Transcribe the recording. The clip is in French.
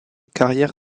carrière